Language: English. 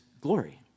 glory